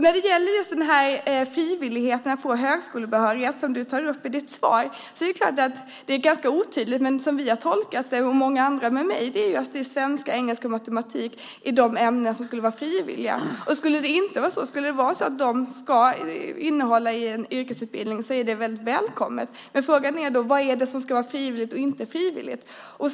När det gäller den frivillighet att få högskolebehörighet som du tar upp i ditt svar är det ganska otydligt, men som vi har tolkat det, många andra med mig, är det att svenska, engelska och matematik är de ämnen som skulle vara frivilliga. Om en yrkesutbildning ska innehålla dem är det väldigt välkommet. Men frågan är: Vad är det som ska vara frivilligt och inte frivilligt?